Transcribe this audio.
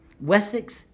Wessex